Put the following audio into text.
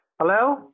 hello